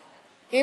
זה.